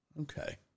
Okay